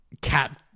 cat